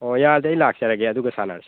ꯑꯣ ꯌꯥꯔꯗꯤ ꯑꯩ ꯂꯥꯛꯆꯔꯒꯦ ꯑꯗꯨꯒ ꯁꯥꯟꯅꯔꯁꯤ